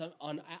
on